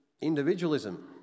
individualism